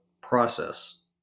process